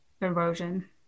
erosion